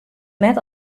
net